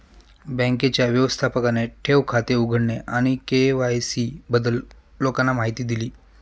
बँकेच्या व्यवस्थापकाने ठेव खाते उघडणे आणि के.वाय.सी बद्दल लोकांना माहिती दिली